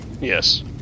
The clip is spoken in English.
Yes